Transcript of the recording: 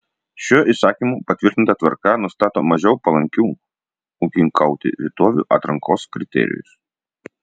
šiuo įsakymu patvirtinta tvarka nustato mažiau palankių ūkininkauti vietovių atrankos kriterijus